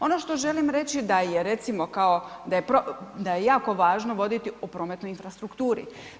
Ono što želim reći da je, recimo, da je jako važno voditi u prometnoj infrastrukturi.